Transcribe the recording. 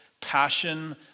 passion